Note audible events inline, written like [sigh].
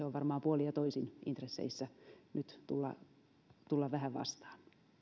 [unintelligible] on puolin ja toisin intresseissä nyt tulla tulla vähän vastaan